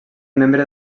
membre